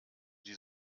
die